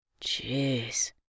Jeez